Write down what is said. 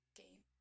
game